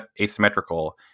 asymmetrical